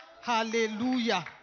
Hallelujah